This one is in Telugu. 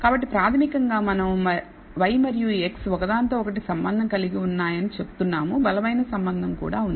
కాబట్టి ప్రాథమికంగా మనం y మరియు x ఒకదానితో ఒకటి సంబంధం కలిగి ఉన్నాయని చెప్తున్నాము బలమైన సంబంధం కూడా ఉంది